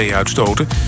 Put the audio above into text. uitstoten